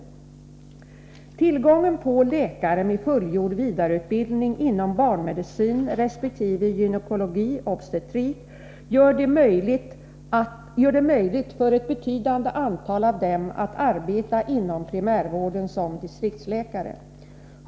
Tillgången på läkare med fullgjord vidareutbildning inom barnmedicin resp. gynekologi/obstetrik gör det möjligt för ett betydande antal av dem att arbeta inom primärvården som distriktsläkare.